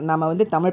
ya